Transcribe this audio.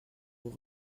vous